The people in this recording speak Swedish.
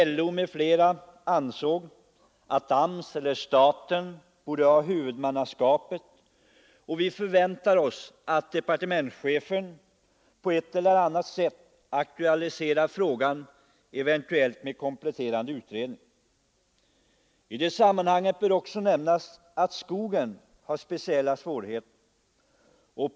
LO m.fl. centrala instanser ansåg att AMS eller staten borde ha huvudmannaskapet, och vi förväntar oss att departementschefen på ett eller annat sätt aktualiserar frågan, eventuellt med kompletterande utredning. I detta sammanhang bör också nämnas att skogen har speciella svårigheter.